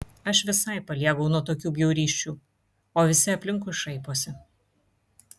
aš visai paliegau nuo tokių bjaurysčių o visi aplinkui šaiposi